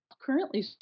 currently